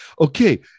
okay